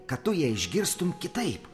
kad tu ją išgirstum kitaip